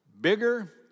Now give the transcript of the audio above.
bigger